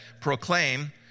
Proclaim